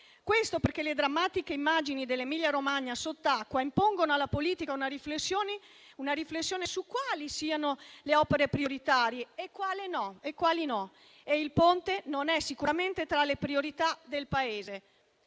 svolta, perché le drammatiche immagini dell'Emilia-Romagna sott'acqua impongono alla politica una riflessione su quali siano le opere prioritarie e quali no, e il Ponte non rientra sicuramente tra le priorità del Paese.